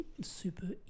super